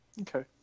Okay